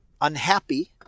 unhappy